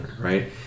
right